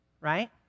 Right